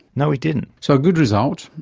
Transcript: no, we didn't. so, a good result.